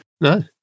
No